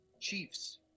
Chiefs